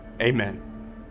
amen